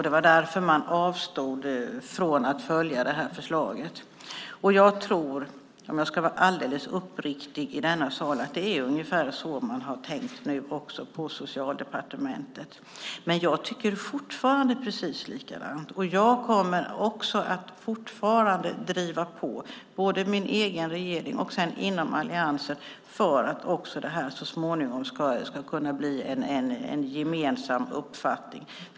Det var därför man avstod från att följa förslaget. Jag tror, om jag ska vara alldeles uppriktig, att det är ungefär så man har tänkt nu också på Socialdepartementet. Men jag tycker fortfarande precis likadant, och jag kommer att fortsatt driva på inför regeringen och inom alliansen för att det här så småningom ska kunna bli en gemensam uppfattning.